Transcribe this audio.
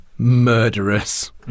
murderous